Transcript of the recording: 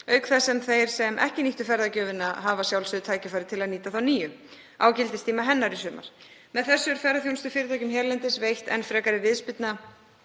auk þess sem þeir sem ekki nýttu ferðagjöfina hafa að sjálfsögðu tækifæri til að nýta þá nýju á gildistíma hennar í sumar. Með þessu er ferðaþjónustufyrirtækjum hérlendis veitt enn frekari viðspyrna